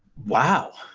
wow.